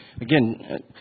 again